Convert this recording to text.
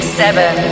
seven